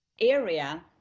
area